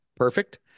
perfect